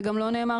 זה גם לא נאמר,